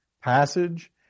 passage